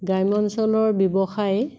গ্ৰাম্যাঞ্চলৰ ব্যৱসায়